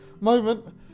moment